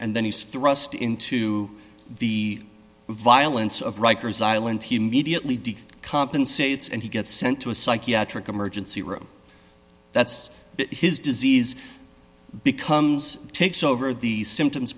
and then he's thrust into the violence of rikers island he immediately digs compensates and he gets sent to a psychiatric emergency room that's his disease becomes takes over the symptoms